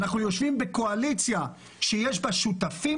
שאנחנו יושבים בקואליציה שיש בה שותפים